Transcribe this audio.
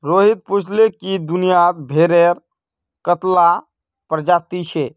रोहित पूछाले कि दुनियात भेडेर कत्ला प्रजाति छे